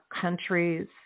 countries